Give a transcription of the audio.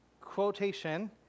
quotation